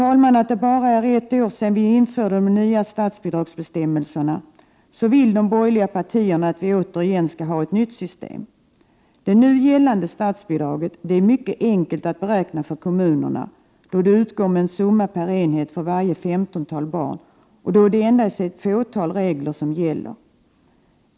Trots att det bara är ett år sedan vi införde nya statsbidragsbestämmelser vill de borgerliga partierna att vi återigen skall ha ett nytt system. Det nu gällande statsbidraget är mycket enkelt att beräkna för 117 kommunerna, då det utgår med en summa per enhet för varje femtontal barn och då det är endast ett fåtal regler som gäller.